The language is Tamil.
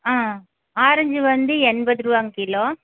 ஆ ஆரஞ்சு வந்து என்பது ரூபாங்க கிலோ